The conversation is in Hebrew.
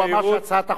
הבעתי את דעתי.